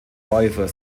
läufer